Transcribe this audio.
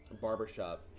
barbershop